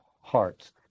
hearts